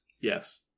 Yes